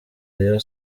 rayon